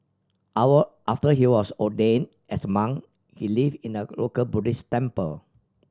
our after he was ordain as monk he live in a local Buddhist temple